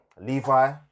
Levi